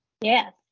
Yes